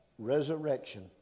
resurrection